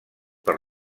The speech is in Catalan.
per